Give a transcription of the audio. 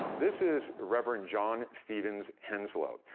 this is reverend john stevens henslow,